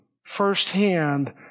firsthand